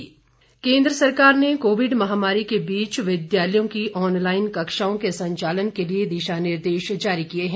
online कक्षाएं केन्द्र सरकार ने कोविड महामारीके बीच विद्यालयों की ऑनलाइन कक्षाओं के संचालन के लिए दिशानिर्देश जारी किए हैं